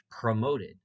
promoted